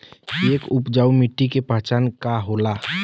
एक उपजाऊ मिट्टी के पहचान का होला?